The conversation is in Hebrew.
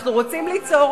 אנחנו רוצים ליצור